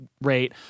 rate